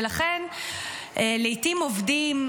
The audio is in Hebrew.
ולכן לעיתים עובדים,